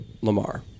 Lamar